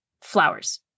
flowers